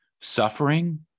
suffering